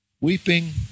Weeping